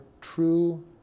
true